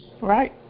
Right